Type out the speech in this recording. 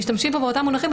משתמשים באותם מונחים.